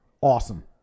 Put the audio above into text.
awesome